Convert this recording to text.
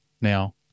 Now